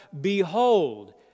Behold